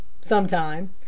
sometime